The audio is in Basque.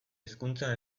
hizkuntza